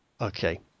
Okay